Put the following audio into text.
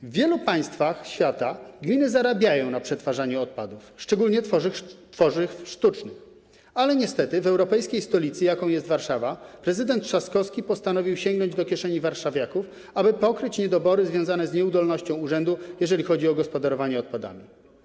W wielu państwach świata gminy zarabiają na przetwarzaniu odpadów, szczególnie tworzyw sztucznych, ale niestety w europejskiej stolicy, jaką jest Warszawa, prezydent Trzaskowski postanowił sięgnąć do kieszeni warszawiaków, aby pokryć niedobory związane z nieudolnością urzędu, jeżeli chodzi o gospodarowanie odpadami.